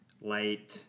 light